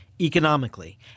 economically